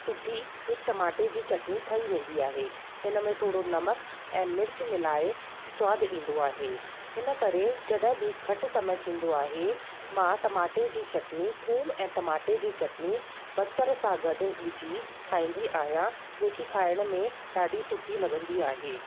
सुठी टमाटे जी चटनी ठही वेंदी आहे हिन में थोरो नमक ऐं मिर्च मिलाए सवादु ईंदो आहे इन करे जॾहिं बि घटि समय थींदो आहे मां टमाटे जी चटनी थूम ऐं टमाटे जी चटनी बसर सां गॾु विझी ठाहींदी आहियां जेकी खाणइ में ॾाढी सुठी लॻंदी आहे